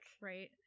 Right